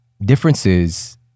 differences